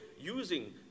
using